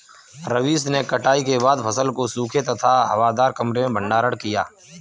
रवीश ने कटाई के बाद फसल को सूखे तथा हवादार कमरे में भंडारण किया